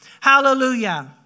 Hallelujah